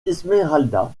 esmeralda